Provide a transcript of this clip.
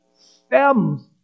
stems